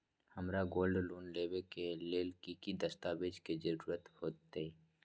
हमरा gold loan लेबे के लेल कि कि दस्ताबेज के जरूरत होयेत?